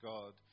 God